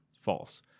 false